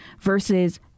versus